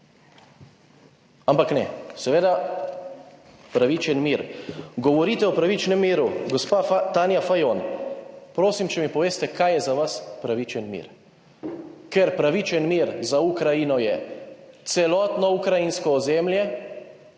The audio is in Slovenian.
Ampak ne, seveda pravičen mir. Govorite o pravičnem miru. Gospa Tanja Fajon, prosim, če mi poveste, kaj je za vas pravičen mir. Ker pravičen mir za Ukrajino je celotno ukrajinsko ozemlje